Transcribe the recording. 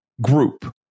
group